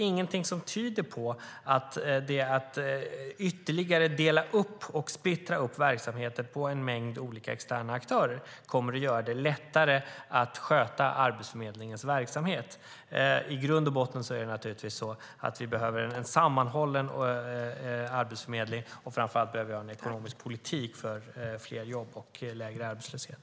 Inget tyder på att ytterligare uppdelning och uppsplittring av verksamheten på en mängd olika externa aktörer kommer att göra det lättare att sköta Arbetsförmedlingens verksamhet. I grund och botten behöver vi en sammanhållen arbetsförmedling, men framför allt behöver vi en ekonomisk politik för fler jobb och lägre arbetslöshet.